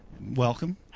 Welcome